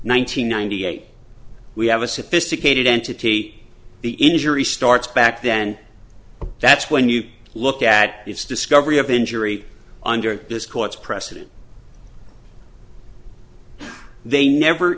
hundred ninety eight we have a sophisticated entity the injury starts back then that's when you look at its discovery of the injury under this court's precedent they never